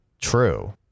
true